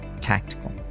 tactical